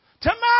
Tomorrow